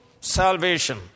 salvation